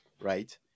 right